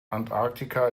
antarktika